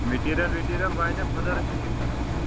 material ویٚٹیٖرِیل واتیا خۄدا رٔچھِن تُکُن کِنہٕ